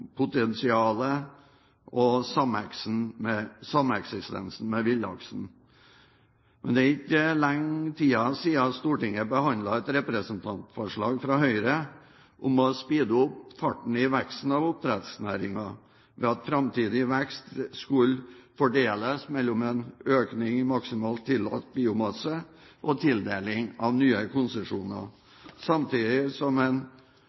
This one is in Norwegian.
potensialet og sameksistensen med villaksen. Men det er ikke lenge siden Stortinget behandlet et representantforslag fra Høyre om å speede opp farten i veksten i oppdrettsnæringen, ved at framtidig vekst skulle fordeles mellom en økning i maksimalt tillatt biomasse og tildeling av nye konsesjoner, samtidig som